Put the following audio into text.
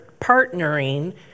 partnering